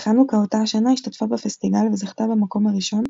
בחנוכה אותה השנה השתתפה בפסטיגל וזכתה במקום הראשון,